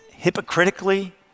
hypocritically